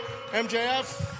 MJF